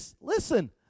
listen